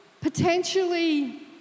potentially